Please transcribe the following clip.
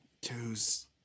Twos